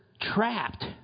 trapped